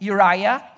Uriah